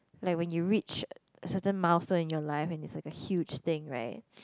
like when you reach certain milestone in your life and is like a huge thing right